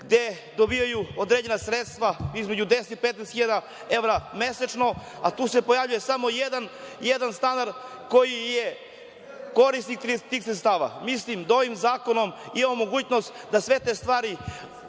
gde dobijaju određena sredstva između 10 i 15.000 evra mesečno, a tu se pojavljuje samo jedan stanar koji je korisnik tih sredstava. Mislim da ovim zakonom imamo mogućnost da sve te stvari